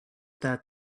that